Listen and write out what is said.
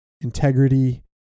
integrity